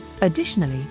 Additionally